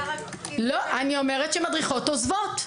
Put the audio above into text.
אני אומרת שמדריכות עוזבות.